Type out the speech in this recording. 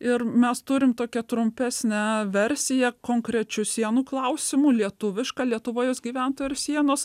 ir mes turim tokią trumpesnę versiją konkrečių sienų klausimu lietuviška lietuva jos gyventojai ir sienos